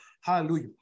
Hallelujah